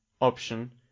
option